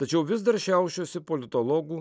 tačiau vis dar šiaušiasi politologų